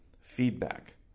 feedback